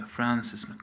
Francis